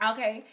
Okay